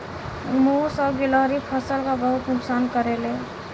मुस और गिलहरी फसल क बहुत नुकसान करेले